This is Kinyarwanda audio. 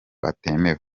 atemewe